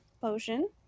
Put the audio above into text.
potion